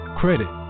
credit